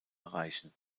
erreichen